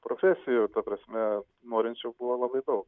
profesijų ta prasme norinčių buvo labai daug